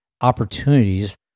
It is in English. opportunities